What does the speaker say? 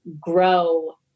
grow